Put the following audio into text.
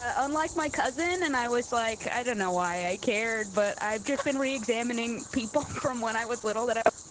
ah unlike my cousin, and i was like, i don't know why i cared, but i've just been re-examining people from when i was little that ah